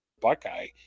Buckeye